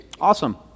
Awesome